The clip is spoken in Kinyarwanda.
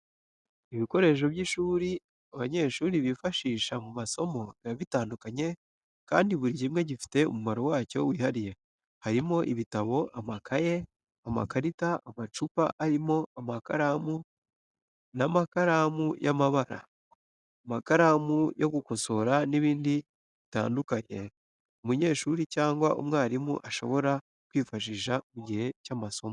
Ibikoresho by’ishuri abanyeshuri bifashisha mu masomo biba bitandukanye kandi buri kimwe gifite umumaro wacyo wihariye. Harimo ibitabo, amakaye, amakarita, amacupa arimo amakaramu n’amakaramu y’amabara, amakaramu yo gukosora n'ibindi bitandukanye umunyeshuri cyangwa umwarimu ashobora kwifashisha mu gihe cy'amasomo.